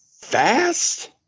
fast